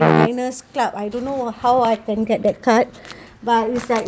diner's club I don't know how I can get that card but it's like